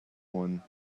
one